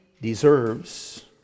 deserves